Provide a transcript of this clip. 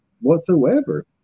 whatsoever